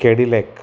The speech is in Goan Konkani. केडीलेख